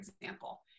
example